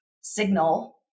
signal